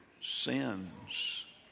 sins